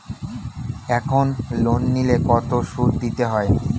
এখন লোন নিলে কত সুদ দিতে হয়?